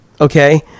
Okay